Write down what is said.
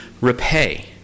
repay